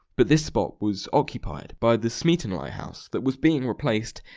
but this spot was occupied by the smeaton lighthouse that was being replaced,